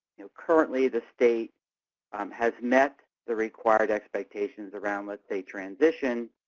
you know, currently the state has met the required expectations around, let's say, transition,